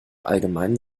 allgemeinen